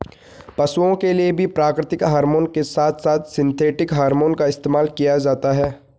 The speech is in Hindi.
पशुओं के लिए भी प्राकृतिक हॉरमोन के साथ साथ सिंथेटिक हॉरमोन का इस्तेमाल किया जाता है